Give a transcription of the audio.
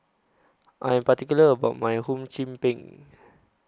I Am particular about My Hum Chim Peng